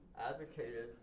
advocated